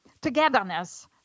togetherness